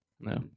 No